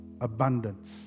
abundance